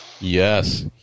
Yes